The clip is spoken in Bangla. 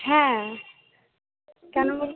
হ্যাঁ কেন বলুন